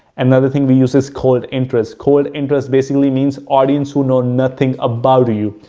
another thing we use is cold interest. cold interest basically means audience who know nothing about you.